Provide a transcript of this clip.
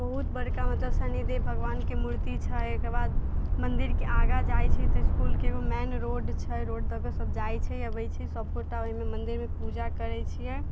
बहुत बड़का मतलब शनिदेव भगवानके मुर्ति छै एहिके बाद मन्दिरके आगा जाइ छी तऽ इसकुलके एगो मेन रोड छै रोड दऽकऽ सब जाइत छै अबैत छै सबगोटा ओहिमे मन्दिरमे पूजा करैत छियै